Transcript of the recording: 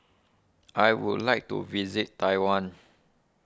I would like to visit Taiwan